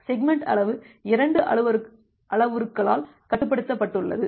segment அளவு 2 அளவுருக்களால் கட்டுப்படுத்தப்பட்டுள்ளது